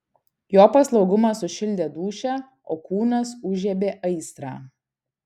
jo paslaugumas sušildė dūšią o kūnas užžiebė aistrą